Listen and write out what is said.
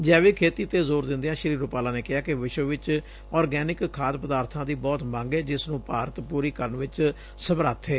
ਜੈਵਿਕ ਖੇਤੀ ਤੇ ਜ਼ੋਰ ਦਿੰਦਿਆਂ ਸ੍ਰੀ ਰੁਪਾਲਾ ਨੇ ਕਿਹਾ ਕਿ ਵਿਸ਼ਵ ਵਿਚ ਓਰਗੈਨਿਕ ਖਾਦ ਪਦਾਰਬਾਂ ਦੀ ਬਹੁਤ ਮੰਗ ਏ ਜਿਸ ਨੂੰ ਭਾਰਤ ਪੂਰੀ ਕਰਨ ਚ ਸਮਰੱਥ ਏ